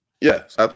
Yes